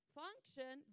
function